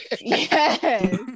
Yes